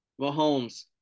Mahomes